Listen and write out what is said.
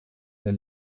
der